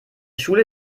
schule